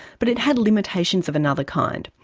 but it had limitations of another kind.